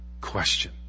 question